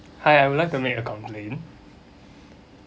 hi I would like to make a complaint